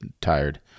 tired